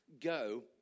go